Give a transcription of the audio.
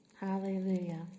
Hallelujah